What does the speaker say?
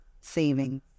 saving